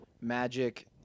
Magic